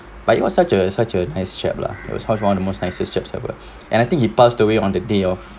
but it was such a such a nice chap lah he was one of the most nicest job chap lah but and I think he passed away on that day of